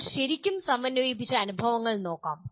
ഇപ്പോൾ ശരിക്കും സമന്വയിപ്പിച്ച അനുഭവങ്ങൾ നമുക്ക് നോക്കാം